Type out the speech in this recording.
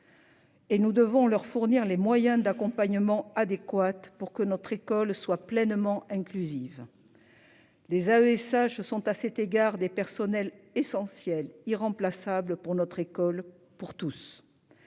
Et nous devons leur fournir les moyens d'accompagnement adéquates pour que notre école soit pleinement inclusive. Les AESH sont à cet égard des personnels essentiels irremplaçable pour notre école pour tous.